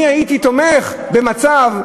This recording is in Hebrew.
אני הייתי תומך, במצב,